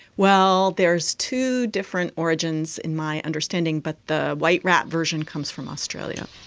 well, there's two different origins, in my understanding, but the white rat version comes from australia.